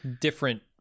different